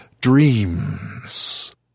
dreams